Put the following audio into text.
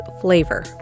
flavor